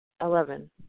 Eleven